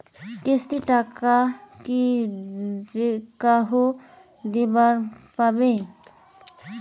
কিস্তির টাকা কি যেকাহো দিবার পাবে?